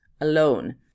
alone